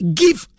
give